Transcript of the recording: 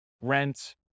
rent